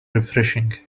refreshing